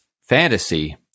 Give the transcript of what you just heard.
fantasy